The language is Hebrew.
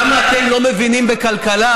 כמה אתם לא מבינים בכלכלה,